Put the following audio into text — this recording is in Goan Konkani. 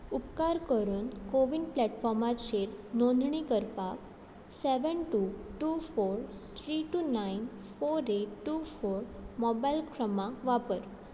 उपकार करून कोविन प्लॅटफॉर्माचेर नोंदणी करपाक seven two two four three two nine four eight two four mobile क्रमांक वापर